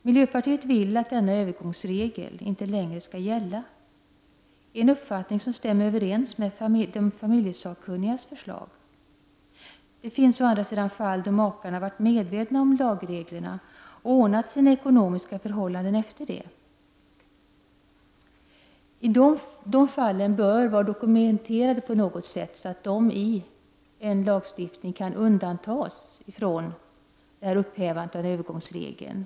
Miljöpartiet vill att denna övergångsregel inte längre skall gälla. Det är en uppfattning som stämmer överens med de familjesakkunnigas förslag. Det finns å andra sidan fall då makarna varit medvetna om lagreglerna och ordnat sina ekonomiska förhållanden därefter. De fallen bör vara dokumenterade på något sätt så att de i en lagstiftning kan undantas från upphävandet av övergångsregeln.